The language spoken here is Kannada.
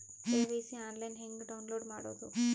ಕೆ.ವೈ.ಸಿ ಆನ್ಲೈನ್ ಹೆಂಗ್ ಡೌನ್ಲೋಡ್ ಮಾಡೋದು?